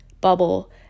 bubble